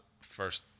first